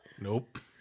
Nope